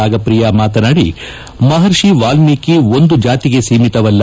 ರಾಗಪ್ರಿಯ ಮಾತನಾಡಿ ಮಹರ್ಷಿ ವಾಲ್ನೀಕಿ ಒಂದು ಜಾತಿಗೆ ಸೀಮಿತವಲ್ಲ